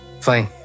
Fine